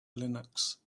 linux